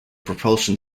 propulsion